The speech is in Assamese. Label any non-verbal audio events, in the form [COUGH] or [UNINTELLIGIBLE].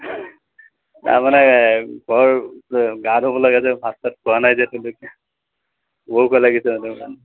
তাৰমানে ঘৰ গা ধুব লাগে যে ভাত চাত খোৱা নাই যে তেওঁলোকে ভোক লাগিছে [UNINTELLIGIBLE]